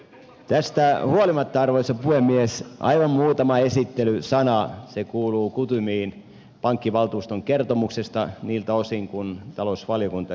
tästä huolimatta arvoisa puhemies aivan muutama esittelysana se kuuluu kutyymiin pankkivaltuuston kertomuksesta niiltä osin kuin talousvaliokunta sitä käsitteli